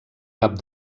cap